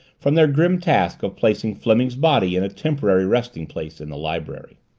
from their grim task of placing fleming's body in a temporary resting place in the library.